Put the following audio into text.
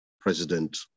president